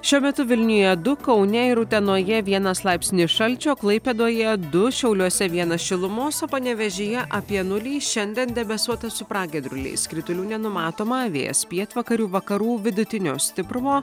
šiuo metu vilniuje du kaune ir utenoje vienas laipsnis šalčio klaipėdoje du šiauliuose vienas šilumos o panevėžyje apie nulį šiandien debesuota su pragiedruliais kritulių nenumatoma vėjas pietvakarių vakarų vidutinio stiprumo